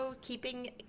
keeping